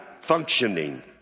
functioning